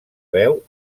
veu